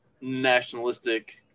nationalistic